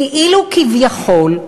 כאילו, כביכול,